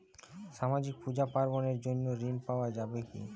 সামাজিক পূজা পার্বণ এর জন্য ঋণ পাওয়া যাবে কি?